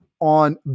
on